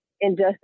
injustice